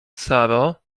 saro